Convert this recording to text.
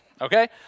okay